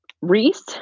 Reese